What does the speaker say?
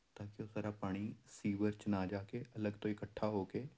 ਤਾਂ ਕਿ ਉਹ ਸਾਰਾ ਪਾਣੀ ਸੀਵਰ 'ਚ ਨਾ ਜਾ ਕੇ ਅਲੱਗ ਤੋਂ ਇਕੱਠਾ ਹੋ ਕੇ